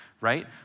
right